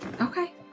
Okay